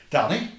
Danny